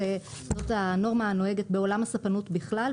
זאת הנורמה הנוהגת בעולם הספנות בכלל,